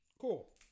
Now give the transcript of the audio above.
Cool